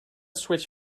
switch